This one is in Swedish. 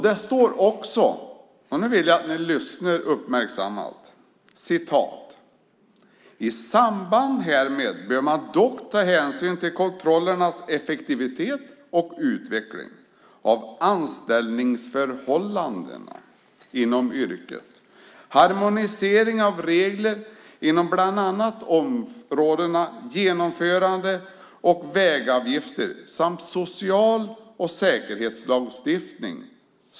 Det står också, och nu vill jag att ni lyssnar uppmärksamt: I samband härmed bör man dock ta hänsyn till kontrollernas effektivitet och utveckling av anställningsförhållandena inom yrket, harmonisering av regler inom bland annat områdena genomförande och vägavgifter samt social och säkerhetslagstiftning.